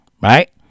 Right